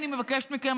אני מבקשת מכם,